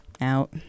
Out